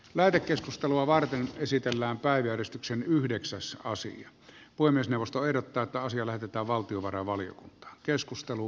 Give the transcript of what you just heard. lähetekeskustelua varten esitellään päivystyksen yhdeksäs osia voi myös nostaa jotta asia lähetetään herra puhemies